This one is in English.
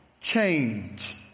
change